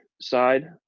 side